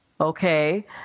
Okay